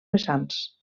vessants